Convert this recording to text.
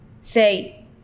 say